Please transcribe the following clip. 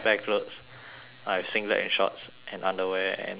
I have singlet and shorts and underwear and um